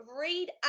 read